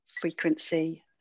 frequency